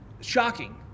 shocking